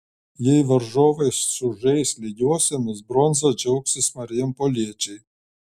jei varžovai sužais lygiosiomis bronza džiaugsis marijampoliečiai